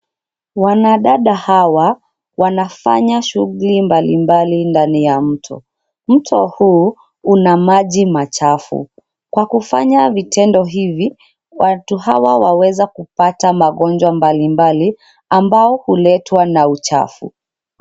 Wanadada hawa wanafanya shughuli mbali mbali ndani ya mto. Mto huu una maji machafu. Kwa kufanya vitendo hivi, watu hawa waweza kupata magonjwa mbali mbali, ambao huletwa na uchafu.